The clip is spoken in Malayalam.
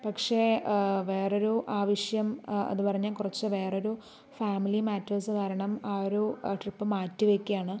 പക്ഷെ വേറൊരു ആവിശ്യം അത് പറഞ്ഞാൽ കുറച്ച് വേറൊരു ഫാമിലി മാറ്റേഴ്സ് കാരണം ആ ഒരു ട്രിപ്പ് മാറ്റി വയ്ക്കുകയാണ്